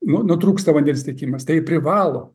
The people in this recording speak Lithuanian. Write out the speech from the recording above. nu nutrūksta vandens tiekimas tai privalo